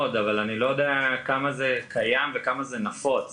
עד כמה זה נפוץ